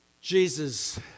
Jesus